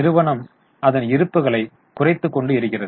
நிறுவனம் அதன் இருப்புக்களை குறைத்துக் கொண்டு இருக்கிறது